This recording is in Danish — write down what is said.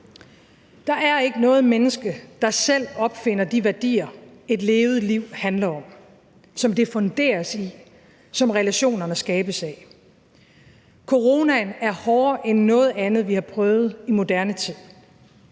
Der er ikke noget menneske, der selv opfinder de værdier, et levet liv handler om, som det funderes i, og som relationerne skabes af. Coronaen er hårdere end noget andet, vi har prøvet i moderne tid.